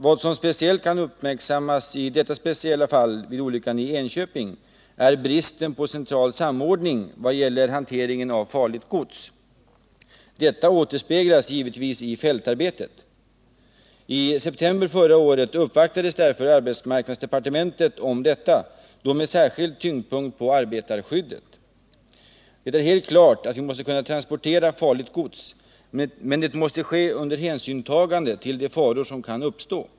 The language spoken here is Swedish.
Vad som särskilt bör uppmärksammas i detta speciella fall är bristen på central samordning vad gäller hanteringen av farligt gods. Detta återspeglas givetvis i fältarbetet. I september förra året uppvaktades därför arbetsmarknadsdepartementet i denna fråga — då med särskild tyngdpunkt på arbetarskyddet. Det är helt klart att vi måste kunna transportera farligt gods. Men det måste ske under hänsynstagande till de faror som kan uppstå.